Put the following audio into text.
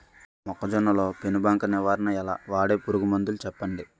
మొక్కజొన్న లో పెను బంక నివారణ ఎలా? వాడే పురుగు మందులు చెప్పండి?